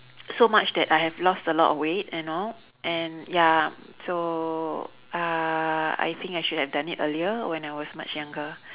so much that I have lost a lot of weight you know and ya so uh I think I should have done it earlier when I was much younger